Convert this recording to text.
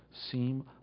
seem